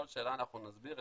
כל שאלה אנחנו נסביר,